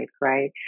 Right